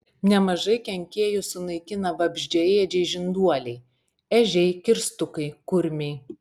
nemažai kenkėjų sunaikina vabzdžiaėdžiai žinduoliai ežiai kirstukai kurmiai